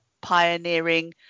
pioneering